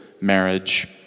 marriage